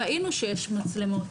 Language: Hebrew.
ראינו שיש מצלמות,